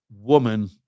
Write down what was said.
woman